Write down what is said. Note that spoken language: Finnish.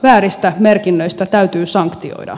vääristä merkinnöistä täytyy sanktioida